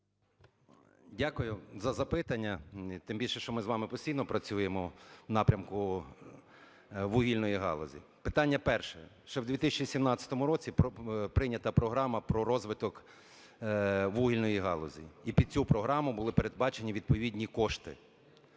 Дякую за запитання. Тим більше, що ми з вами постійно працюємо у напрямку вугільної галузі. Питання перше. Ще в 2017 році прийнята програма про розвиток вугільної галузі, і під цю програму були передбачені відповідні кошти.